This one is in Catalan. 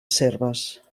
serves